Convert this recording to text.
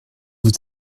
vous